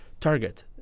target